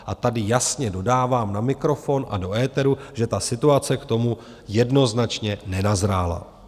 A tady jasně dodávám na mikrofon a do éteru, že ta situace k tomu jednoznačně nenazrála.